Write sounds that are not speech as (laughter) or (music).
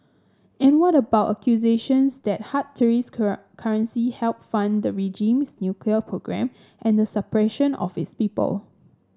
and what about accusations that hard tourist (unintelligible) currency help fund the regime's nuclear program and the suppression of its people